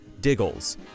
Diggles